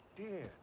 dear,